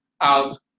out